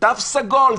תו סגול,